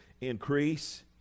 Increase